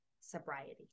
sobriety